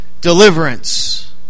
deliverance